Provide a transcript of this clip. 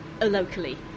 locally